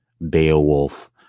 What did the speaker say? beowulf